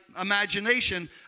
imagination